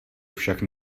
však